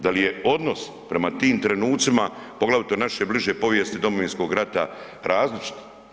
Da li je odnos prema tim trenucima poglavito naše bliže povijesti, Domovinskog rata, različit?